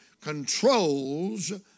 controls